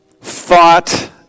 thought